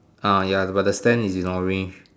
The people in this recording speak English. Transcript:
uh ya but the stand is in orange